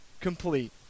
complete